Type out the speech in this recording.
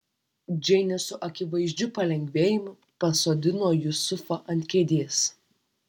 džeinė su akivaizdžiu palengvėjimu pasodino jusufą ant kėdės